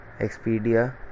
Expedia